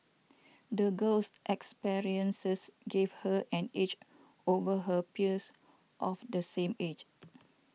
the girl's experiences gave her an edge over her peers of the same age